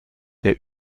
der